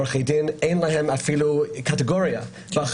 עורכי דין אפילו אין להם קטגוריה בחריגים.